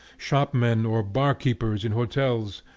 shopmen or bar-keepers in hotels,